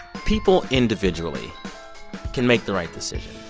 people individually can make the right decision.